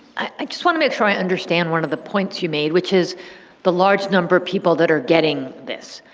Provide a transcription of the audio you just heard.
i just want to make sure i understand one of the points you made which is the large number of people that are getting this.